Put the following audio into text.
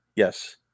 Yes